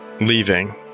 leaving